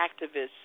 activists